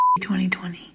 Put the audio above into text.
2020